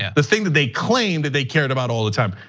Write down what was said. yeah the thing that they claimed that they cared about all the time.